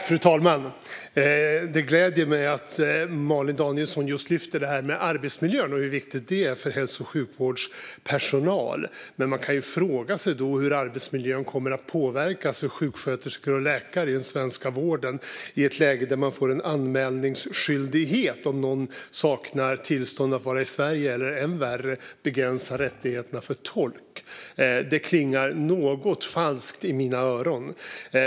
Fru talman! Det gläder mig att Malin Danielsson lyfter fram hur viktig arbetsmiljön är för hälso och sjukvårdspersonal. Men man kan fråga sig hur arbetsmiljön kommer att påverkas för sjuksköterskor och läkare i den svenska vården i ett läge där de får en anmälningsskyldighet om någon saknar tillstånd att vara i Sverige eller än värre där rättigheten till tolk begränsas. Det klingar något falskt i mina öron.